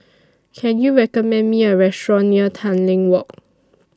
Can YOU recommend Me A Restaurant near Tanglin Walk